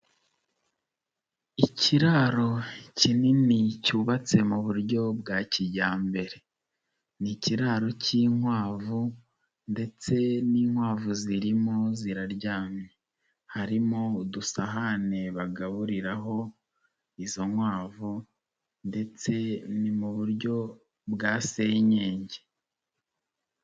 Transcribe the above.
Ikiraro kinini cyubatse mu buryo bwa kijyambere, n'ikiraro cy'inkwavu ndetse n'inkwavu zirimo ziraryamye, harimo udusahane bagaburiraho izo nkwavu ndetse ni mu buryo bwa senyenge.